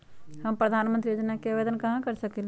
हम प्रधानमंत्री योजना के आवेदन कहा से कर सकेली?